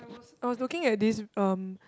I was looking at this um